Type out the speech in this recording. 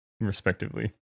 respectively